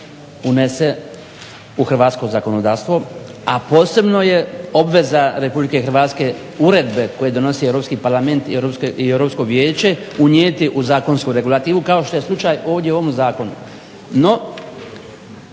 unese u hrvatsko zakonodavstvo, a posebno je obveza RH uredbe koje donosi EU parlament i Vijeće unijeti u zakonsku regulativu kao što je slučaj ovdje u ovom zakonu.